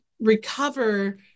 recover